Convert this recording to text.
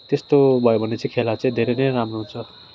त्यस्तो भयो भने चाहिँ खेला चाहिँ धेरै नै राम्रो हुन्छ